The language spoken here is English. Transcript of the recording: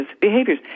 behaviors